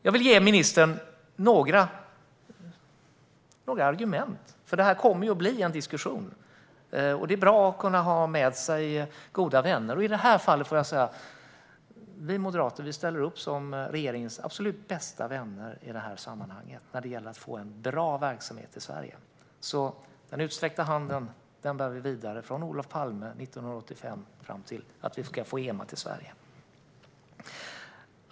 Jag vill ge ministern några argument, för det kommer att bli en diskussion, och då är det bra att ha med sig goda vänner. I det här fallet ställer vi moderater upp som regeringens absolut bästa vänner när det gäller att få en bra verksamhet till Sverige. Den utsträckta handen bär vi vidare från Olof Palme 1985 fram till att vi ska få EMA till Sverige.